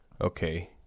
Okay